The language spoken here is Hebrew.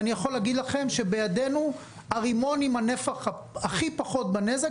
אני יכול להגיד לכם שבידינו הרימון הוא עם הנפח הכי פחות בנזק,